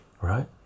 Right